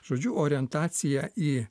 žodžiu orientacija į